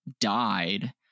died